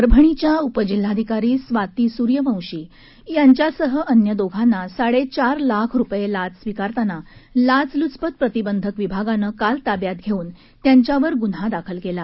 परभणीच्या उपजिल्हाधिकारी स्वाती सूर्यवंशी यांच्यासह अन्य दोघांना साडेचार लाख रुपये लाच स्वीकारताना लाचलूचपत प्रतिबंधक विभागाने काल ताब्यात घेउन त्यांच्यावर गुन्हा दाखल केला